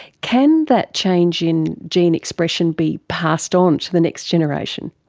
can that change in gene expression be passed on to the next generation?